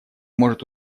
может